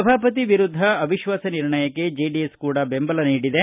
ಸಭಾಪತಿ ವಿರುದ್ದ ಅವಿಶ್ವಾಸ ನಿರ್ಣಯಕ್ಕೆ ಜೆಡಿಎಸ್ ಕೂಡ ಬೆಂಬಲ ನೀಡಿದೆ